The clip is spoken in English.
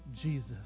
Jesus